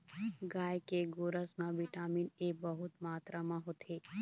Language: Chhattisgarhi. गाय के गोरस म बिटामिन ए बहुत मातरा म होथे